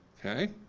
okay?